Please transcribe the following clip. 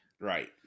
Right